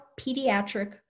pediatric